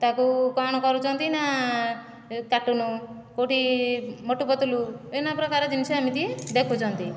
ତାକୁ କଣ କରୁଛନ୍ତି ନା କାର୍ଟୁନ୍ କେଉଁଠି ମୋଟୁ ପତଲୁ ବିଭିନ୍ନ ପ୍ରକାର ଜିନିଷ ଏମିତି ଦେଖୁଛନ୍ତି